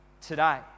today